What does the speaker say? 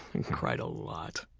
and cried a lot.